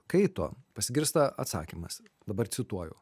kaito pasigirsta atsakymas dabar cituoju